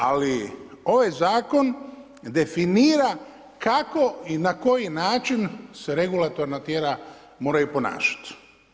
Ali ovaj zakon definira kako i na koji način se regulatorna tijela moraju ponašati.